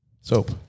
soap